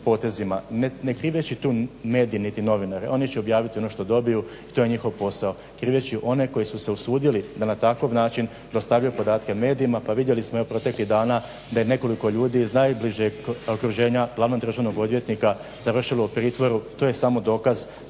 ne kriveći tu medije niti novinare, oni će objaviti ono što dobiju i to je njihov posao, kriveći one koji su se usudili da na takav način dostavljaju podatke medijima. Pa vidjeli smo evo proteklih dana da je nekoliko ljudi iz najbližeg okruženja glavnog državnog odvjetnika završilo u pritvoru. To je samo dokaz